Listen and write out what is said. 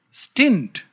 stint